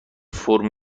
فرم